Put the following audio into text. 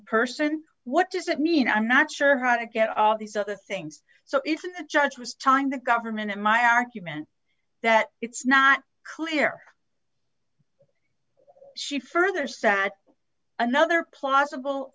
person what does that mean i'm not sure how to get all these other things so it isn't the judge was time the government in my argument that it's not clear she further sat another plausible